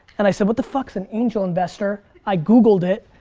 and i said what the fuck's an angel investor? i googled it.